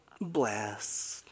Bless